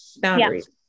boundaries